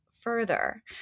further